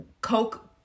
Coke